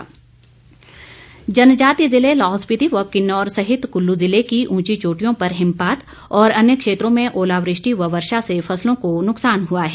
मौसम जनजातीय जिले लाहौल स्पिति व किन्नौर सहित कुल्लू जिले की ऊंची चोटियों पर हिमपात और अन्य क्षेत्रों में ओलावृष्टि व वर्षा से फसलों को नुकसान हुआ है